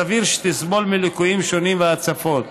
סביר שתסבול מליקויים שונים והצפות.